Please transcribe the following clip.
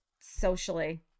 socially